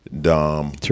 Dom